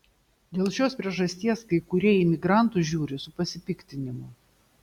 dėl šios priežasties kai kurie į imigrantus žiūri su pasipiktinimu